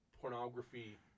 pornography